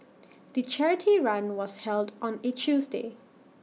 the charity run was held on A Tuesday